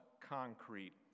concrete